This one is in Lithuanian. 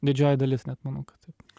didžioji dalis net manau kad taip